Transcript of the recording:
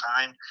time